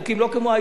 לא כמו היום,